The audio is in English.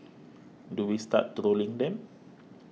do we start trolling them